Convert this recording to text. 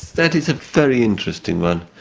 that is a very interesting one.